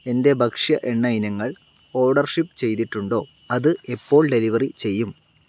എന്റെ ഭക്ഷ്യഎണ്ണ ഇനങ്ങൾ ഓർഡർ ഷിപ്പ് ചെയ്തിട്ടുണ്ടോ അത് എപ്പോൾ ഡെലിവറി ചെയ്യും